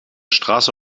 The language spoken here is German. straße